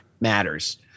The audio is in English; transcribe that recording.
matters